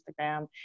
Instagram